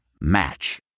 Match